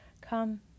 Come